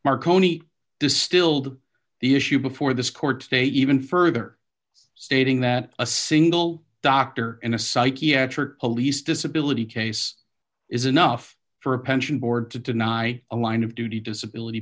marcone distilled the issue before this court today even further stating that a single doctor in a psychiatric police disability case is enough for a pension board to deny a line of duty disability